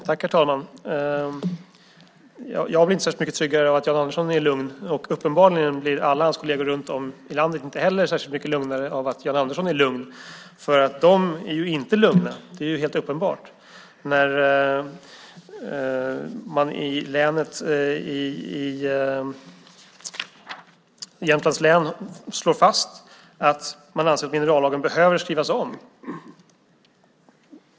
Herr talman! Jag blir inte särskilt mycket tryggare av att Jan Andersson är lugn. Uppenbarligen blir alla hans kolleger runt om i landet inte heller särskilt mycket lugnare av att Jan Andersson är lugn. De är inte lugna. Det är helt uppenbart. I Jämtlands län slår man fast att minerallagen behöver skrivas om.